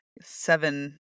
seven